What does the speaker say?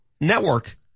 Network